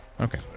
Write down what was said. Okay